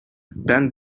ben